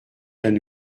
d’un